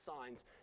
signs